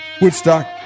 Woodstock